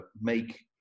make